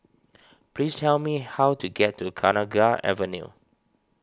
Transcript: please tell me how to get to Kenanga Avenue